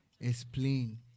explain